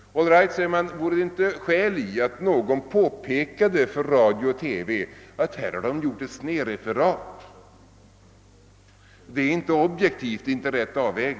Allright, vore det inte skäl i, säger man, att någon påpekade för radio och TV att man gjort ett snedreferat, som inte är objektivt, inte rätt avvägt?